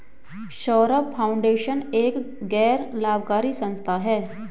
Saurabh foundation एक गैर लाभकारी संस्था है